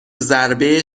ضربه